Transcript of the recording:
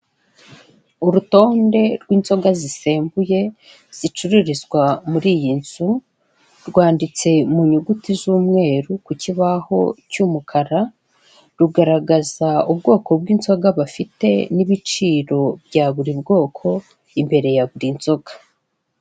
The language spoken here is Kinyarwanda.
Urutonde rw'inzoga zisembuye zicururizwa mur'iyi nzu, rwanditse mu nyuguti z'umweru ku kibaho cy'umukara. Rugaragaza ubwoko bw'inzoga bafite n'ibiciro bya buri bwoko, imbere ya buri nzoga.